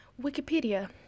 Wikipedia